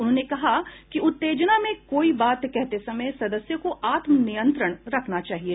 उन्होंने कहा कि उत्तेजना में कोई बात कहते समय सदस्यों को आत्मनियंत्रण रखना चाहिए